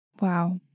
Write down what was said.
Wow